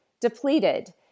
depleted